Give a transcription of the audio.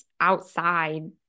outside